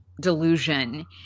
delusion